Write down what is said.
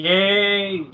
Yay